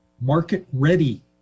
market-ready